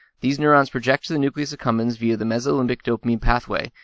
these neurons project to the nucleus accumbens via the mesolimbic dopamine pathway,